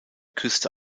küste